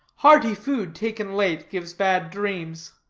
hearty food, taken late, gives bad dreams.